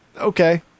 Okay